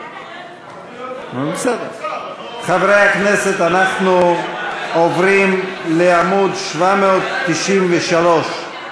אנחנו עוברים לעמוד 793,